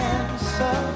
answer